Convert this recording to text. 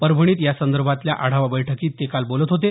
परभणीत यासंदर्भातल्या आढावा बैठकीत ते काल बोलत होते